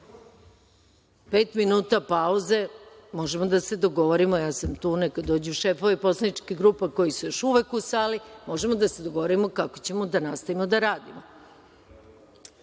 minuta pauze, možemo da se dogovorimo. Tu sam. Neka dođu šefovi poslaničkih grupa koji su još uvek u sali, možemo da se dogovorimo kako da ćemo da nastavimo da radimo.(Posle